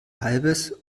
halbes